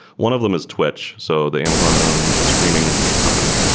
one of them is twitch, so that amazon-owned streaming company.